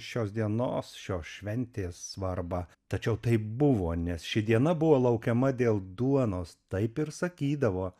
šios dienos šios šventės svarbą tačiau tai buvo nes ši diena buvo laukiama dėl duonos taip ir sakydavo